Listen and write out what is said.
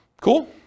Cool